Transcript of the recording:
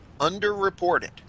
underreported